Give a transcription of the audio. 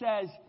says